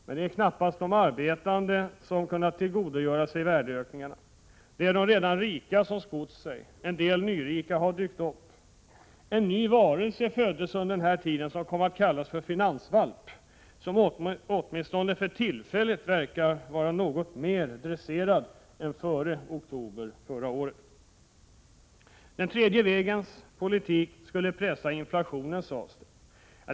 Men det är knappast de arbetande som kunnat tillgodogöra sig värdeökningarna. Det är de redan rika som skott sig, och en del nyrika har dykt upp. Ett nytt begrepp föddes, den s.k. finansvalpen, som åtminstone för tillfället verkar något mer dresserad än före oktober 1987. Den tredje vägens politik skulle pressa inflationen, sades det.